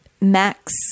Max